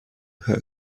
her